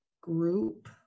group